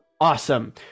Awesome